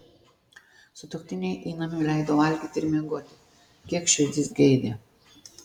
sutuoktiniai įnamiui leido valgyti ir miegoti kiek širdis geidė